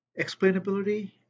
explainability